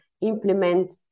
implement